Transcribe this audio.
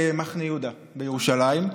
במחנה יהודה בירושלים.